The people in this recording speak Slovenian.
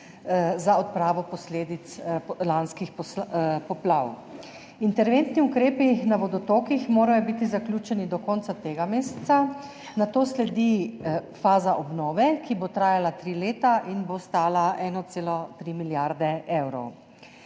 za odpravo posledic lanskih poplav. Interventni ukrepi na vodotokih morajo biti zaključeni do konca tega meseca, nato sledi faza obnove, ki bo trajala tri leta in bo stala 1,3 milijarde evrov.